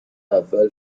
اول